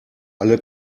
alle